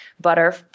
butter